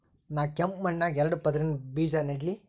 ನಾ ಕೆಂಪ್ ಮಣ್ಣಾಗ ಎರಡು ಪದರಿನ ಬೇಜಾ ನೆಡ್ಲಿ?